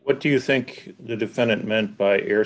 what do you think the defendant meant by air